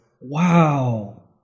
Wow